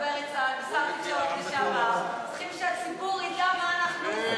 דוברת צה"ל ושר התקשורת לשעבר צריכים שהציבור ידע מה אנחנו עושים,